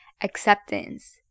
acceptance